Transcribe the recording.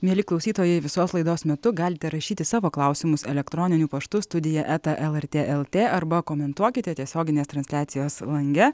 mieli klausytojai visos laidos metu galite rašyti savo klausimus elektroniniu paštu studija eta lrt lt arba komentuokite tiesioginės transliacijos lange